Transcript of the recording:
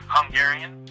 Hungarian